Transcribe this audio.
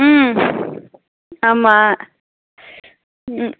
ம் ஆமாம் ம்